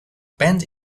bend